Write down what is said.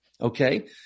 okay